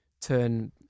turn